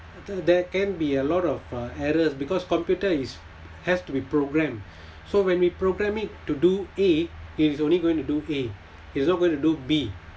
there can be a lot of uh errors because computer is has to be programmed so when we program it to do A it is only going to do A it's not going to do B